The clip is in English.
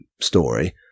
story